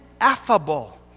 ineffable